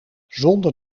zonder